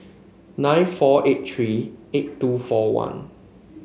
nine four eight three eight two four one